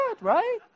right